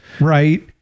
right